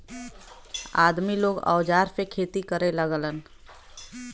आदमी लोग औजार से खेती करे लगलन